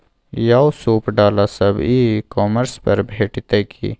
यौ सूप डाला सब ई कॉमर्स पर भेटितै की?